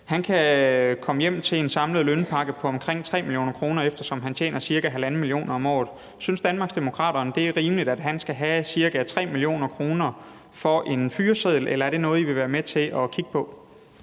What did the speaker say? Han kan komme hjem til en samlet lønpakke på omkring 3 mio. kr., eftersom han tjener ca. 1,5 mio. kr. om året. Synes Danmarksdemokraterne, det er rimeligt, at han skal have ca. 3 mio. kr. for en fyreseddel, eller er det noget, I vil være med til at kigge på?